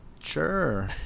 Sure